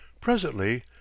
presently